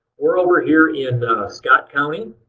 we're over here in scott county,